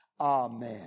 amen